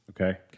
Okay